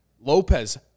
Lopez